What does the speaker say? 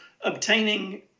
obtaining